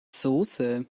soße